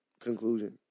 conclusion